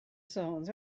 zones